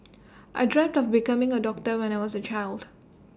I dreamt of becoming A doctor when I was A child